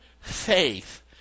faith